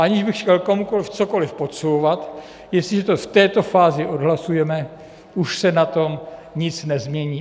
Aniž bych chtěl komukoli cokoli podsouvat, jestliže to v této fázi odhlasujeme, už se na tom nic nezmění.